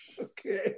Okay